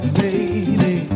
baby